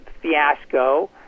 fiasco